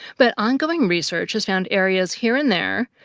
but ongoing research has found areas here and there,